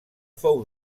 fou